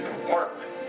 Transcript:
compartment